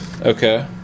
Okay